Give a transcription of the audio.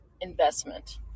investment